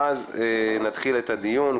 ואז נתחיל את הדיון.